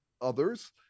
others